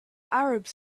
arabs